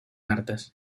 artes